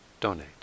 donate